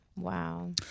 Wow